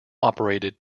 operated